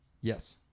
Yes